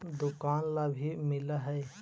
दुकान ला भी मिलहै?